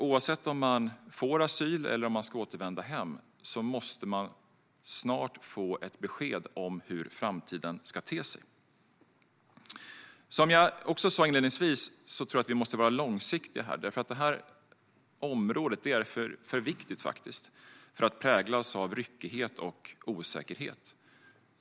Oavsett om man beviljas asyl eller om man ska återvända till hemlandet måste man snart få ett besked om hur framtiden ska te sig. Som jag också sa inledningsvis måste vi vara långsiktiga. Det här området är för viktigt för att präglas av ryckighet och osäkerhet.